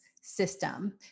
system